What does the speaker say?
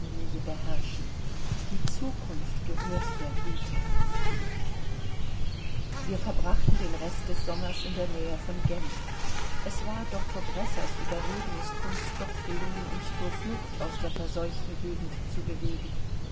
beherrschen die zukunft gehört der güte wir verbrachten den rest des sommers in der nähe von genf es war doktor bressers überredungskunst doch gelungen uns zur flucht aus der verseuchten gegend zu bewegen